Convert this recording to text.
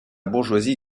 bourgeoisie